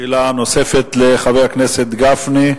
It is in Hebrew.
שאלה נוספת לחבר הכנסת גפני.